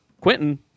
Quentin